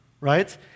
right